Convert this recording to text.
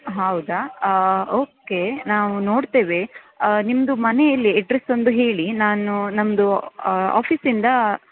ಹೌದಾ ಓಕೆ ನಾವು ನೋಡ್ತೇವೆ ನಿಮ್ಮದು ಮನೆ ಎಲ್ಲಿ ಅಡ್ರೆಸ್ ಒಂದು ಹೇಳಿ ನಾನು ನಮ್ಮದು ಆಫೀಸಿಂದ